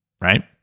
Right